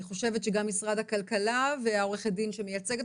אני חושבת שגם משרד הכלכלה ועורכת הדין שמייצגת